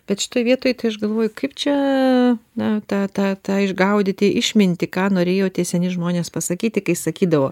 bet šitoj vietoj tai aš galvoju kaip čia na ta tą tą išgaudyti išminti ką norėjo tie seni žmonės pasakyti kai sakydavo